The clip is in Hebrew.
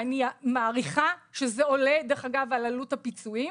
אני מעריכה שזה עולה על עלות הפיצויים.